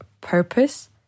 purpose